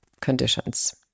conditions